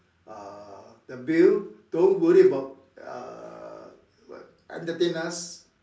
uh the bill don't worry about uh what entertain us